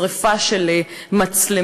שרפה של מצלמות.